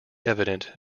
evident